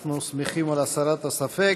אנחנו שמחים על הסרת הספק.